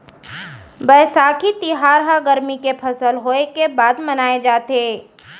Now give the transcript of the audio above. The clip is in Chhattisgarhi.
बयसाखी तिहार ह गरमी के फसल होय के बाद मनाए जाथे